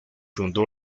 fundó